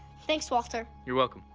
thanks walter. you're welcome.